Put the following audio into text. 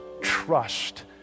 trust